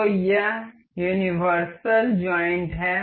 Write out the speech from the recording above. तो यह universal joint है